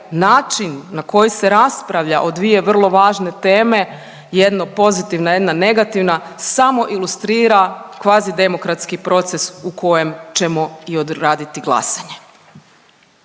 način na koji se raspravlja o dvije vrlo važne teme, jedna pozitivna, jedna negativna samo ilustrira kvazi demokratski proces u kojem ćemo i odraditi glasanje.